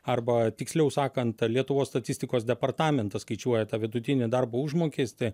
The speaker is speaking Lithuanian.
arba tiksliau sakant lietuvos statistikos departamentas skaičiuoja tą vidutinį darbo užmokestį